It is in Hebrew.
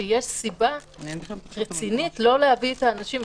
שיש סיבה רצינית לא להביא את האנשים.